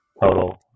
total